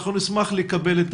אנחנו נשמח לקבל,